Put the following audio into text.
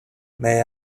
may